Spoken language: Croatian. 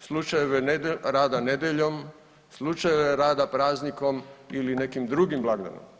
slučajeve rada nedjeljom, slučajeve rada praznikom ili nekim drugim blagdanom.